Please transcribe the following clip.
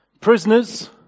Prisoners